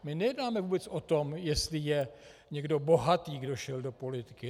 My nejednáme vůbec o tom, jestli je někdo bohatý, kdo šel do politiky.